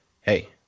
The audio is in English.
hey